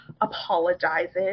apologizes